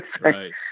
right